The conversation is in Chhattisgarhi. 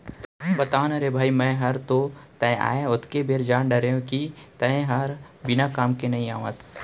बता ना रे भई मैं हर तो तैं आय ओतके बेर जान डारे रहेव कि तैं हर बिना काम के नइ आवस